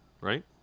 Right